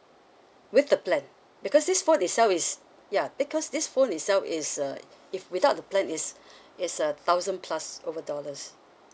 with the plan because this phone itself is ya because this phone itself is uh if without the plan is it's a thousand plus over dollars